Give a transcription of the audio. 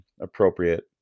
appropriate